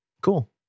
Cool